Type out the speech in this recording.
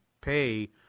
pay